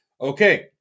Okay